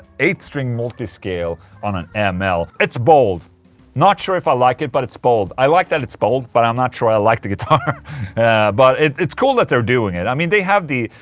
eight string multiscale on an an ml it's bold not sure if i like it, but it's bold i like that it's bold, but i'm not sure i i like the guitar but it's cool that they're doing it, i mean they have the.